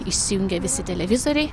išsijungė visi televizoriai